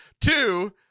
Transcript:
Two